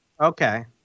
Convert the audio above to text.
Okay